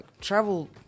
travel